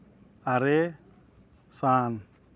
ᱟᱨᱮ ᱥᱟᱱ